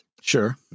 sure